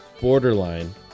Borderline